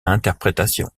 interprétations